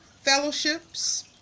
fellowships